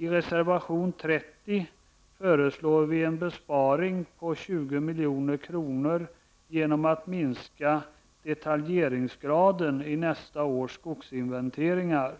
I reservation 30 föreslår vi en besparing på 20 milj.kr. genom att minska detaljeringsgraden i nästa års skogsinventeringar.